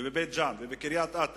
בבית-ג'ן ובקריית-אתא,